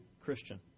Christian